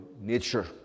nature